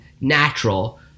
natural